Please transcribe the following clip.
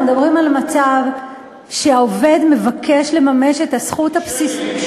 אנחנו מדברים על מצב שהעובד מבקש לממש את הזכות הבסיסית,